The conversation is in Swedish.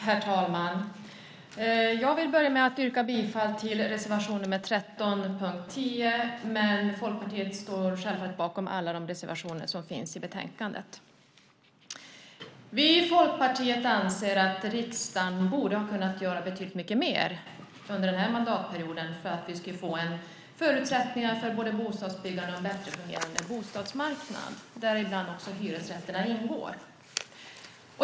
Herr talman! Jag vill börja med att yrka bifall till reservation nr 13 under punkt 10, men Folkpartiet står självfallet bakom alla de reservationer som finns i betänkandet. Vi i Folkpartiet anser att riksdagen borde ha kunnat göra betydligt mycket mer under den här mandatperioden för att vi skulle få förutsättningar för både bostadsbyggande och en bättre fungerande bostadsmarknad, där också hyresrätterna ingår.